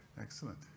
Excellent